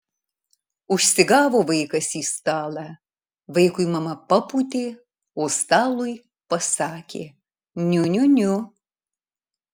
užsigavo vaikas į stalą vaikui mama papūtė o stalui pasakė niu niu niu